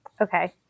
Okay